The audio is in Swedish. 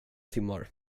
timmar